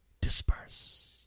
disperse